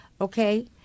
okay